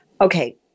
okay